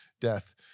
death